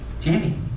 Jamie